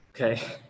okay